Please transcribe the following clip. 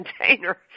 container